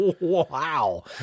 Wow